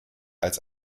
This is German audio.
als